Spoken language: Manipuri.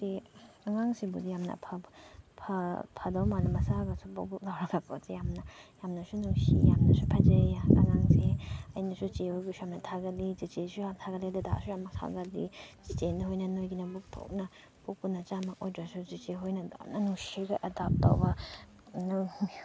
ꯑꯉꯥꯡꯁꯤꯕꯨꯗꯤ ꯌꯥꯝꯅ ꯐꯕ ꯐꯗꯧ ꯃꯥꯜꯂꯦ ꯃꯁꯥꯒꯁꯨ ꯕꯨꯞ ꯕꯨꯞ ꯂꯥꯎꯔꯒꯀꯣ ꯆꯦ ꯌꯥꯝꯅ ꯌꯥꯝꯅꯁꯨ ꯅꯨꯡꯁꯤ ꯌꯥꯝꯅꯁꯨ ꯐꯖꯩ ꯑꯉꯥꯡꯁꯦ ꯑꯩꯅꯁꯨ ꯆꯦ ꯍꯣꯏꯕꯨꯁꯨ ꯌꯥꯝꯅ ꯊꯥꯒꯠꯂꯤ ꯆꯦꯆꯦꯁꯨ ꯌꯥꯝ ꯊꯥꯒꯠꯂꯤ ꯗꯗꯥꯁꯨ ꯌꯥꯝꯅ ꯊꯥꯒꯠꯂꯤ ꯆꯦꯆꯦ ꯍꯣꯏꯅ ꯅꯣꯏꯒꯤ ꯅꯕꯨꯛ ꯊꯣꯛꯅ ꯄꯣꯛꯄ ꯅꯆꯥꯃꯛ ꯑꯣꯏꯗ꯭ꯔꯁꯨ ꯆꯦꯆꯦ ꯍꯣꯏꯅ ꯑꯗꯨꯛꯌꯥꯝꯅ ꯅꯨꯡꯁꯤꯅ ꯑꯦꯗꯥꯞ ꯇꯧꯕ